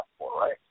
right